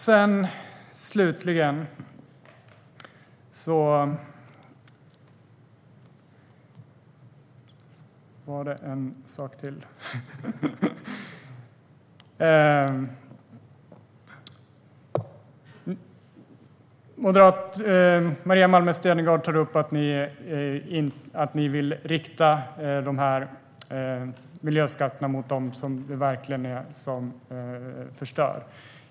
Maria Malmer Stenergard tar upp att man vill rikta miljöskatterna mot dem som verkligen förstör.